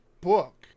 book